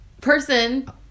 Person